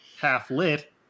Half-lit